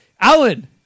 Alan